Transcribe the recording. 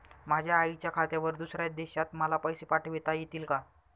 माझ्या आईच्या खात्यावर दुसऱ्या देशात मला पैसे पाठविता येतील का?